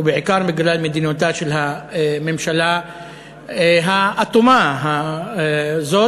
ובעיקר בגלל מדיניותה של הממשלה האטומה הזאת.